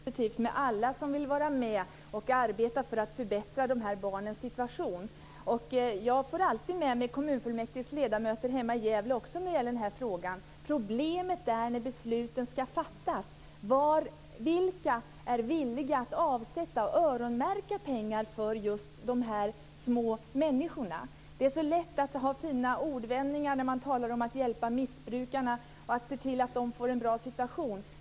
Fru talman! Jag tycker att det är mycket positivt med alla som vill vara med och arbeta för att förbättra de här barnens situation. Jag får alltid med mig kommunfullmäktiges ledamöter hemma i Gävle när det gäller den här frågan. Problemet är när besluten skall fattas. Vilka är villiga att avsätta och öronmärka pengar för just de här små människorna? Det är så lätt att ha fina ordvändningar när man talar om att hjälpa missbrukarna och se till att de får en bra situation.